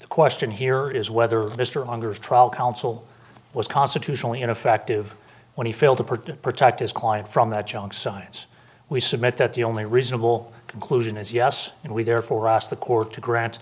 the question here is whether mr unger's trial counsel was constitutionally ineffective when he failed to protect protect his client from that junk science we submit that the only reasonable conclusion is yes and we therefore us the court to grant